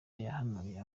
yahanuye